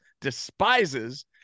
despises